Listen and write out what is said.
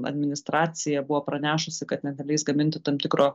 administracija buvo pranešusi kad net neleis gaminti tam tikro